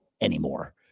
anymore